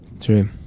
True